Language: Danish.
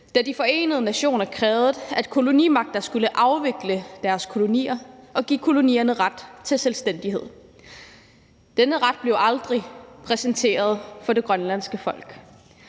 da De Forenede Nationer krævede, at kolonimagter skulle afvikle deres kolonier og give kolonierne ret til selvstændighed. Denne ret blev aldrig præsenteret for det grønlandske folk.